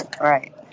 Right